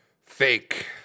fake